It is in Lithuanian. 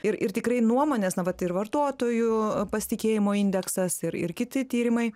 ir ir tikrai nuomonės na vat ir vartotojų pasitikėjimo indeksas ir ir kiti tyrimai